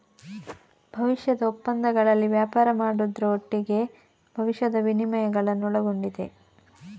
ಭವಿಷ್ಯದ ಒಪ್ಪಂದಗಳಲ್ಲಿ ವ್ಯಾಪಾರ ಮಾಡುದ್ರ ಒಟ್ಟಿಗೆ ಭವಿಷ್ಯದ ವಿನಿಮಯಗಳನ್ನ ಒಳಗೊಂಡಿದೆ